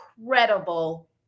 incredible